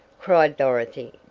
cried dorothy.